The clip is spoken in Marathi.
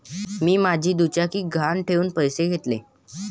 मी माझी दुचाकी गहाण ठेवून पैसे घेतले